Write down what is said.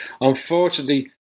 unfortunately